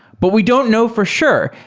but we don't know for sure.